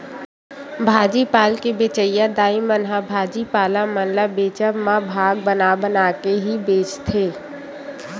भाजी पाल के बेंचइया दाई मन ह भाजी पाला मन ल बेंचब म भाग बना बना के ही बेंचथे